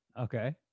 okay